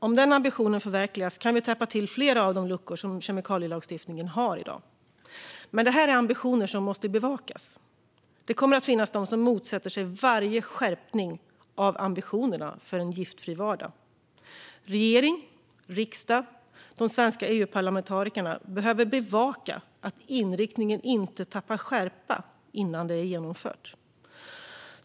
Om den ambitionen förverkligas, fru talman, kan vi täppa till flera av de luckor som kemikalielagstiftningen har i dag. Detta är dock ambitioner som måste bevakas. Det kommer att finnas de som motsätter sig varje skärpning av ambitionerna för en giftfri vardag. Regering, riksdag och de svenska EU-parlamentarikerna behöver bevaka att inriktningen inte tappar skärpa innan den är genomförd.